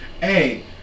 hey